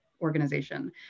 organization